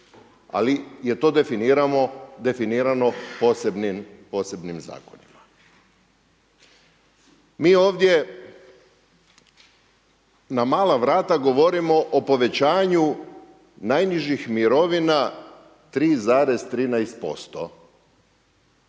ali je to definirano posebnim zakonima. Mi ovdje na mala vrata govorimo o povećanju najnižih mirovina 3,13%,